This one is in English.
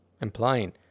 implying